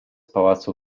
pałacu